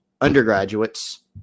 undergraduates